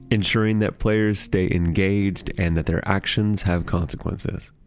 ensuring that players stay engaged, and that their actions have consequences.